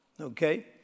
okay